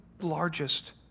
largest